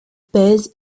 pèse